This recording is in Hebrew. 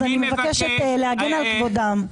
אז אני מבקשת להגן על כבודם.